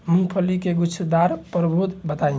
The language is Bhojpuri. मूँगफली के गूछेदार प्रभेद बताई?